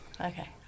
Okay